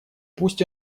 пусть